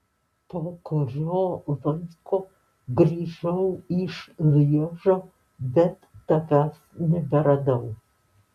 po kurio laiko grįžau iš lježo bet tavęs neberadau